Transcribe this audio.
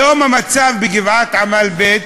היום המצב בגבעת-עמל ב'